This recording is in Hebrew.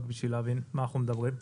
כדי להבין על מה אנחנו מדברים.